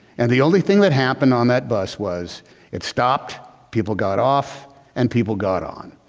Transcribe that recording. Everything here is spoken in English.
and the only thing that happened on that bus was it stopped, people got off and people got on.